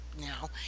now